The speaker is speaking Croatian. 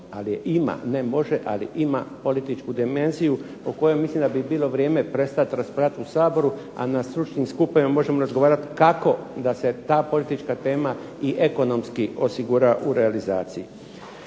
ali ima, ne može ali ima političku dimenziju o kojoj mislim da bi bilo vrijeme prestat raspravljat u Saboru, a na stručnim skupovima možemo razgovarat kako da se ta politička tema i ekonomski osigura u realizaciji.